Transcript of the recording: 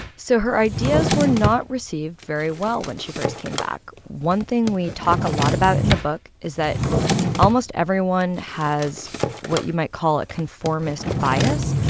so her ideas were not received very well when she first came back. one thing we talk a lot about in the book is that almost everyone has what you might call a conformist bias.